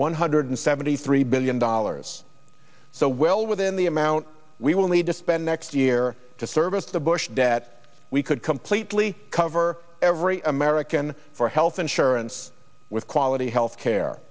one hundred seventy three billion dollars so well within the amount we will need to spend next year to service the bush debt we could completely cover every american for health insurance with quality health care